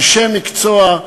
אנשי מקצוע,